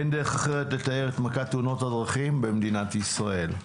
אין דרך אחרת לתאר את מכת תאונות הדרכים במדינת ישראל.